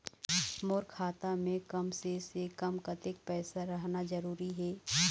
मोर खाता मे कम से से कम कतेक पैसा रहना जरूरी हे?